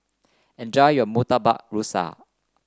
enjoy your Murtabak Rusa